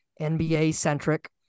NBA-centric